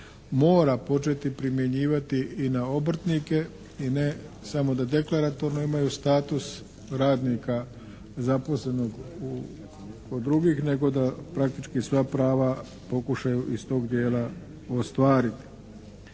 mora početi primjenjivati i na obrtnike i ne samo da deklaratorno imaju status radnika zaposlenog kod drugih nego da praktički sva prava pokušaju iz tog djela ostvariti.